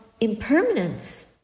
impermanence